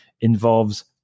involves